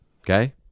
Okay